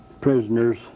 prisoners